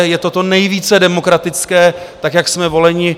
Je to to nejvíce demokratické tak, jak jsme voleni.